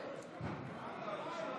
החלטה בבקשה לתג נכה),